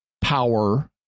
power